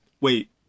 Wait